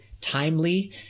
timely